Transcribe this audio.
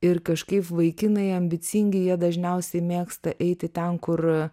ir kažkaip vaikinai ambicingi jie dažniausiai mėgsta eiti ten kur